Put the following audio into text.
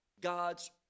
God's